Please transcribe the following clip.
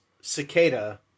cicada